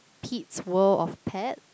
Pete's World of Pet